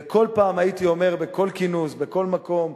וכל פעם הייתי אומר, בכל כינוס, בכל מקום,